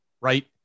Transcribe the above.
Right